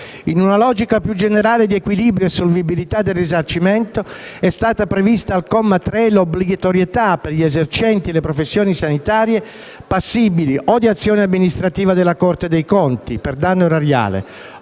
In una logica più generale di equilibrio e solvibilità del risarcimento è stata prevista al comma 3 l'obbligatorietà per gli esercenti le professioni sanitarie, passibili di azione amministrativa della Corte dei conti per danno erariale